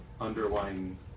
underlying